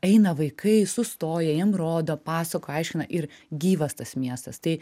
eina vaikai sustoja jiem rodo pasakoja aiškina ir gyvas tas miestas tai